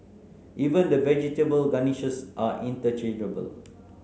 even the vegetable garnishes are interchangeable